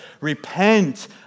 repent